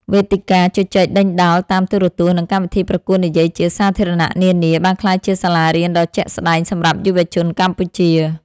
វេទិកាជជែកដេញដោលតាមទូរទស្សន៍ និងកម្មវិធីប្រកួតនិយាយជាសាធារណៈនានា បានក្លាយជាសាលារៀនដ៏ជាក់ស្ដែងសម្រាប់យុវជនកម្ពុជា។